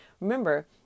Remember